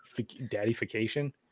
daddyfication